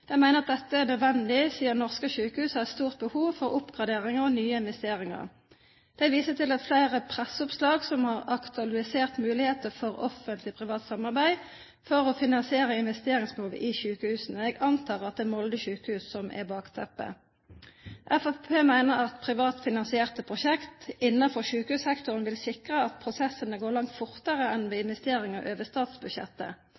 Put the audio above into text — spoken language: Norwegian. De mener dette er nødvendig siden norske sykehus har stort behov for oppgraderinger og nye investeringer. De viser til flere presseoppslag som har aktualisert muligheter for Offentlig Privat Samarbeid for å finansiere investeringsbehovet i sykehusene. Jeg antar at det er Molde sykehus som er bakteppet. Fremskrittspartiet mener at privatfinansierte prosjekt innenfor sykehussektoren vil sikre at prosessene går langt fortere enn ved